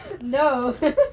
no